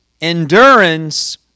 endurance